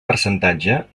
percentatge